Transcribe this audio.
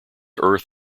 earth